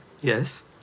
Yes